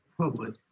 public